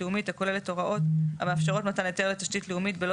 לאומית הכוללת הוראות המאפשרות מתן היתר לתשתית לאומית בלא